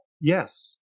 Yes